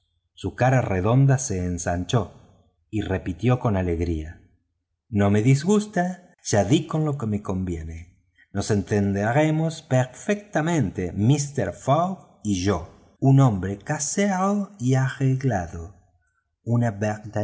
su cara redonda se ensanchó y repitió con alegría no me disgusta ya di con lo que me conviene nos entenderemos perfectamente míster fogg y yo un hombre casero y arreglado una